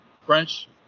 French